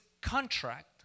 contract